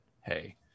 Hey